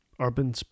urban